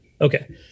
Okay